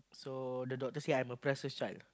so the doctor say I'm a precious child